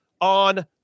on